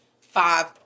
five